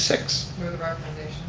six. move um